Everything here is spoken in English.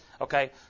Okay